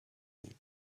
need